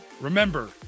Remember